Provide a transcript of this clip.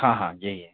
हाँ हाँ जी जी